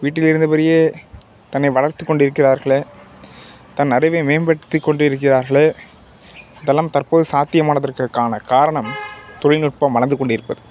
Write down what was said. வீட்டிலிருந்தபடியே தன்னை வளர்த்துக் கொண்டு இருக்கிறார்களே தன் அறிவை மேம்படுத்திக் கொண்டு இருக்கிறார்களே இதெல்லாம் தற்போது சாத்தியமானத்திற்கான காரணம் தொழில்நுட்பம் வளர்ந்துக் கொண்டு இருப்பது